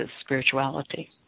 spirituality